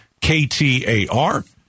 ktar